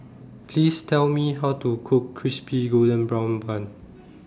Please Tell Me How to Cook Crispy Golden Brown Bun